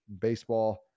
baseball